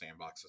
sandboxes